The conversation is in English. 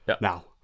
Now